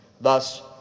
Thus